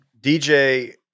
DJ